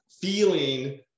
feeling